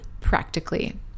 practically